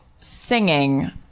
singing